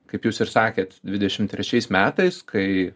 kaip jūs ir sakėt dvidešimt trečiais metais kai